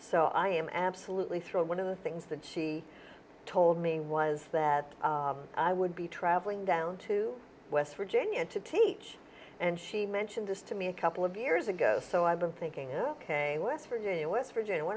so i am absolutely thrilled one of the things that she told me was that i would be traveling down to west virginia to teach and she mentioned this to me a couple of years ago so i've been thinking ok west virginia west virginia what